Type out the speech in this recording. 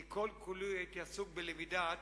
כי כל-כולי הייתי עסוק בלמידת